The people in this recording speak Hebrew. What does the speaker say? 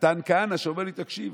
מתן כהנא, שאומר לי: תקשיב,